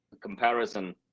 comparison